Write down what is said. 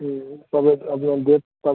হুম তবে আপনার ডেট কাল